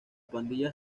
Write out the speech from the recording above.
pandilla